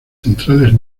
centrales